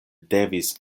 devis